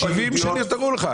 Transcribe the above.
ה-70 שנותרו לך.